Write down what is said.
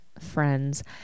friends